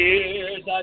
Years